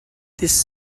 this